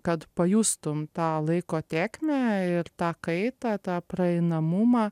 kad pajustum tą laiko tėkmę ir tą kaitą tą praeinamumą